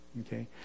Okay